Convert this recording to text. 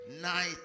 night